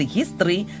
history